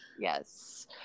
Yes